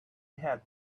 had